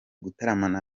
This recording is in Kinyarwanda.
gutaramana